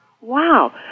wow